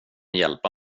hjälpa